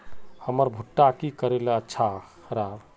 हमर भुट्टा की करले अच्छा राब?